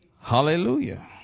Hallelujah